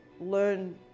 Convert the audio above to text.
learn